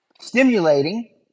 stimulating